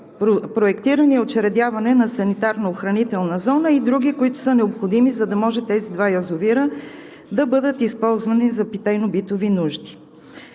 проектиране и учредяване на санитарно-охранителна зона и други, които са необходими, за да може тези два язовира да бъдат използвани за питейно-битови нужди.